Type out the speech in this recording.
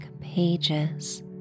pages